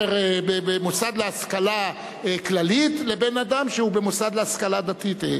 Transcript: במוסד להשכלה כללית לבין אדם שהוא במוסד להשכלה דתית.